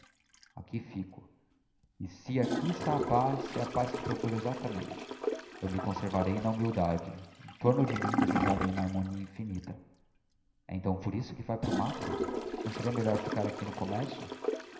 aqui fico e si aqui está a paz é a paz que procuro exactamente eu me conservarei na humildade em torno de mim desejarei uma harmonia infinita e então por isso que vae para o matto não seria melhor ficar aqui no commercio